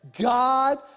God